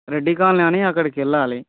Reddy colony అని అక్కడికి వెళ్ళాలి